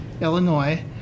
Illinois